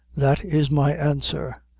that is my answer.